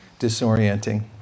disorienting